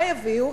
מה יביאו?